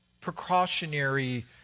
precautionary